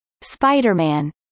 Spider-Man